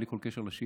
בלי כל קשר לשאילתה,